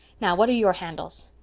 now, what are your handles?